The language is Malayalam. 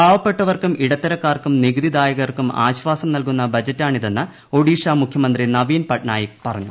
പാവപ്പെട്ടവർക്കും ഇടത്തരക്കാർക്കും നികുതിദായകർക്കും ആശ്വാസം നൽകുന്ന ബജറ്റാണിതെന്ന് ഒഡിഷ മുഖ്യമന്ത്രി നവീൻ പട്നായിക് പറഞ്ഞു